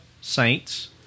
Saints